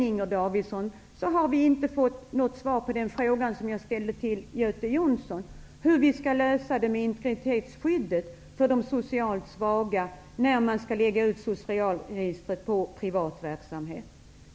Inger Davidson har inte svarat på den fråga jag ställde till Göte Jonsson: Hur skall vi lösa frågan om integritetsskyddet för de socialt svaga när man lägger ut socialregistret på privat entreprenad?